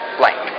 blank